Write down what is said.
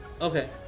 Okay